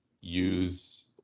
use